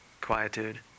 quietude